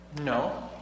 No